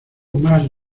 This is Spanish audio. más